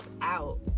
out